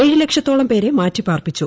ഏഴ് ലക്ഷത്തോളം പേരെ മാറ്റിപാർപ്പിച്ചു